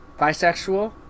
bisexual